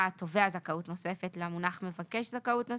תובע זכאות נוספת למונח מבקש זכאות נוספת.